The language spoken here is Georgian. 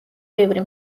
ბევრი